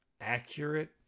accurate